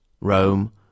Rome